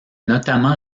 notamment